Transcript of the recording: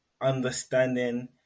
understanding